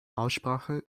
aussprache